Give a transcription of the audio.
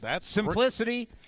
simplicity